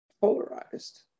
polarized